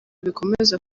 bikomeza